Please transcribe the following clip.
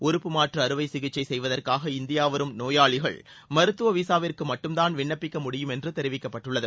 உறுப்பு மாற்று அறுவை சிகிச்சை செய்வதற்காக இந்தியா வரும் நோயாளிகள் மருத்துவ விசாவிற்கு மட்டும்தான் விண்ணப்பிக்க முடியும் என்று தெரிவிக்கப்பட்டுள்ளது